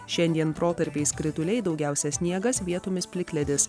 šiandien protarpiais krituliai daugiausiai sniegas vietomis plikledis